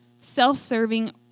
self-serving